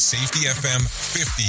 SafetyFM50